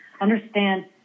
understand